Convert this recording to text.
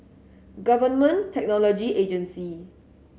Government Technology Agency